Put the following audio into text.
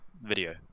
video